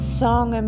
song